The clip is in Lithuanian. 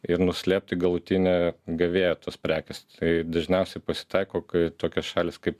ir nuslėpti galutinį gavėją tos prekės tai dažniausiai pasitaiko kai tokios šalys kaip